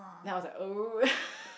then I was like oo